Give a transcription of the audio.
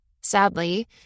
Sadly